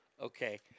Okay